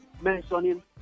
mentioning